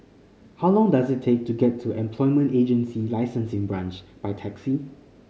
how long does it take to get to Employment Agency Licensing Branch by taxi